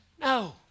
No